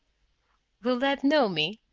will dad know me?